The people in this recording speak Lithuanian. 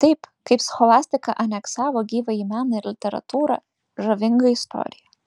tai kaip scholastika aneksavo gyvąjį meną ir literatūrą žavinga istorija